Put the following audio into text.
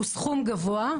הוא סכום גבוה,